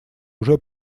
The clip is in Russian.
уже